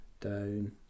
down